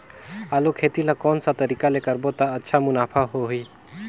आलू खेती ला कोन सा तरीका ले करबो त अच्छा मुनाफा होही?